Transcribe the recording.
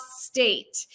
state